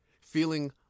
feeling